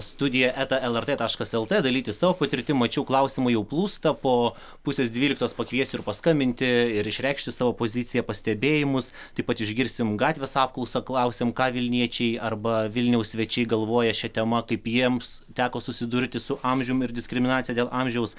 studija eta el er t taškas el t dalytis savo patirtim mačiau klausimai jau plūsta po pusės dvyliktos pakviesiu ir paskambinti ir išreikšti savo poziciją pastebėjimus taip pat išgirsim gatvės apklausą klausėm ką vilniečiai arba vilniaus svečiai galvoja šia tema kaip jiems teko susidurti su amžium ir diskriminacija dėl amžiaus